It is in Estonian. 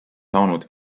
saanud